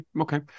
okay